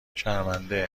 شرمنده